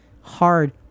Hard